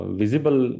visible